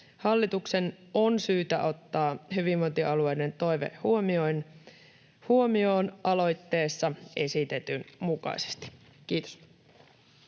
Hallituksen on syytä ottaa hyvinvointialueiden toive huomioon aloitteessa esitetyn mukaisesti. — Kiitos.